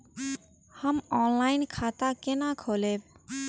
हम ऑनलाइन खाता केना खोलैब?